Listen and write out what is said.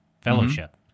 fellowship